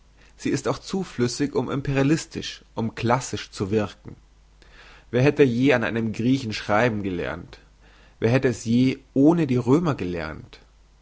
sie ist auch zu flüssig um imperativisch um klassisch zu wirken wer hätte je an einem griechen schreiben gelernt wer hätte es je ohne die römer gelernt